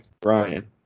Brian